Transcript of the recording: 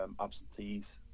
absentees